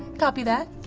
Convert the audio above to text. copy that.